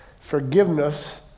Forgiveness